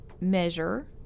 measure